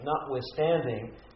notwithstanding